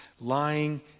lying